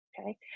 okay